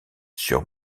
sur